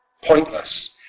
pointless